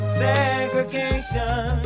segregation